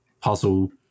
puzzle